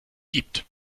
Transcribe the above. gibt